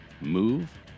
Move